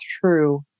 true